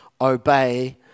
obey